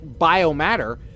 biomatter